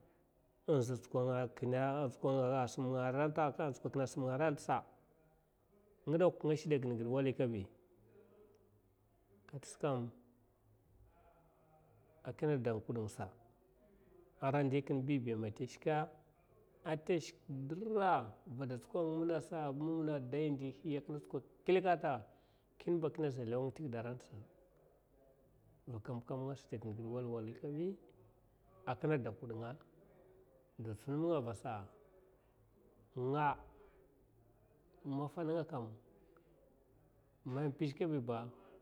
Inza tsuka nga kina a tsuka kina a sim nga arata nga dak nga shida kin gid walikabi kat’sa kam a king dang kud ngasa a ndikin inbibiya rama ta. Shka ata shka dira vina dou tsikad min nasa a mamna dai klikka ata kin ba a kina za law nga tigida’a rata nga kam nga shida kin gid walwali kabi a kina de kud nga da tsin minga a vasa nga, nga maffa ninga kam man pizh kabiba.